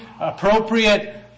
appropriate